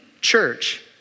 church